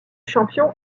champion